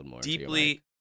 deeply